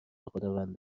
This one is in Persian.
خداوند